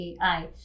AI